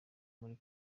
muri